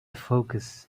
focus